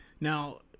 Now